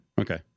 Okay